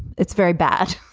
it's very bad,